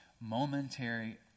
momentary